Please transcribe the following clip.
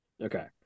Okay